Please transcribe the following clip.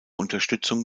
unterstützung